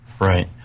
Right